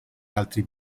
altri